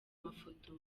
mafoto